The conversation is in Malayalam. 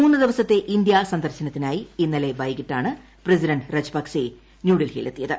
മൂന്നു ദിവസത്തെ ഇന്ത്യാ സന്ദർശനത്തിനായി ഇന്നലെ വൈകിട്ടാണ് പ്രസിഡന്റ് രജപക്സെ ന്യൂഡൽഹിയിലെത്തിയത്